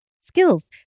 skills